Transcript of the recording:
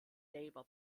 labour